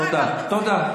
תודה, תודה.